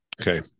Okay